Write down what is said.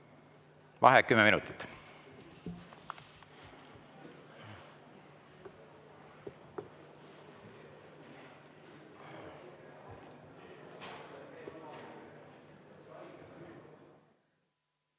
Vaheaeg kümme minutit.